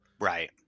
Right